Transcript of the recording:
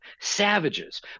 savages